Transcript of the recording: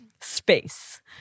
space